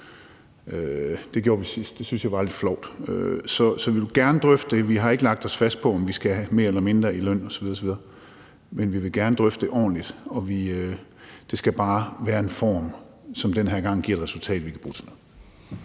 Det gjorde vi sidst, og det synes jeg var lidt flovt. Så vi vil gerne drøfte det. Vi har ikke lagt os fast på, om vi skal have mere eller mindre i løn osv. osv., men vi vil gerne drøfte det ordentligt. Det skal bare være i en form, som den her gang giver et resultat, vi kan bruge til noget.